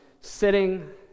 sitting